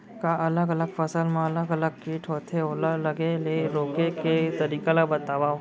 का अलग अलग फसल मा अलग अलग किट होथे, ओला लगे ले रोके के तरीका ला बतावव?